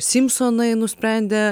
simpsonai nusprendė